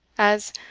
as,